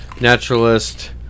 naturalist